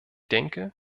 denke